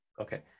Okay